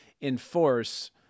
enforce